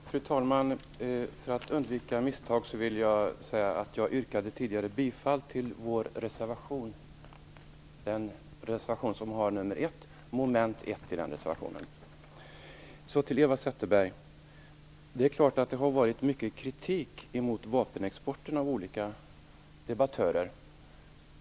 Fru talman! För att undvika misstag vill jag säga att jag tidigare yrkade bifall till vår reservation 1 Det är klart, Eva Zetterberg, att det har förekommit mycket kritik från olika debattörer mot vapenexporten.